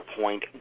point